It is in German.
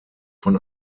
von